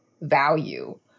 value